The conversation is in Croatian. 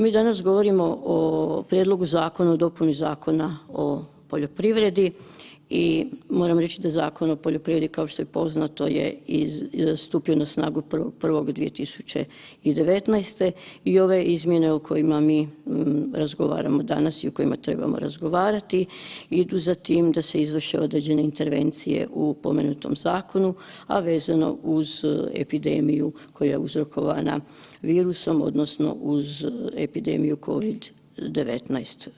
Mi danas govorimo o prijedlogu Zakona, o dopuni Zakona o poljoprivredi i moram reći da Zakon o poljoprivredi, kao što je poznato i nastupio na snagu 01.01.2019. i ove izmjene o kojima mi razgovaramo danas i o kojima trebamo razgovarati idu za tim da se izvrše određene intervencije u spomenutom Zakonu, a vezano uz epidemiju koja je uzrokovana virusom odnosno uz epidemiju COVID-19.